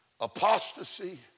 Apostasy